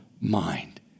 mind